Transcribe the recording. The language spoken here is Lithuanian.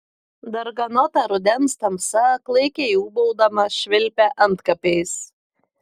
darganota rudens tamsa klaikiai ūbaudama švilpia antkapiais